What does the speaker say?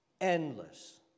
Endless